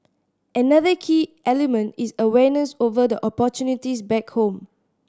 another key element is awareness over the opportunities back home